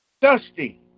Dusty